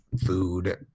food